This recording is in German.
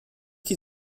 die